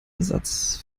ersatz